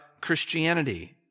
Christianity